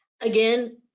Again